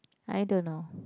I don't know